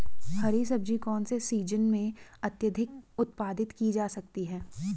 हरी सब्जी कौन से सीजन में अत्यधिक उत्पादित की जा सकती है?